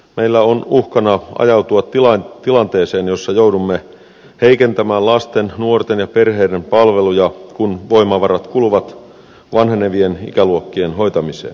meillä on uhka ajautua tilanteeseen jossa joudumme heikentämään lasten nuorten ja perheiden palveluja kun voimavarat kuluvat vanhenevien ikäluokkien hoitamiseen